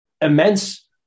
immense